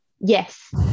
Yes